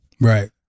Right